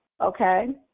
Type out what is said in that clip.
Okay